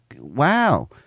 wow